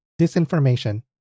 disinformation